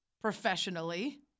professionally